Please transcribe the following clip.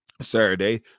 Saturday